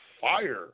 fire